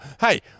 Hey